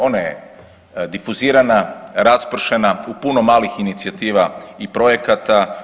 Ona je difuzirana, raspršena, u puno malih inicijativa i projekata.